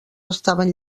estaven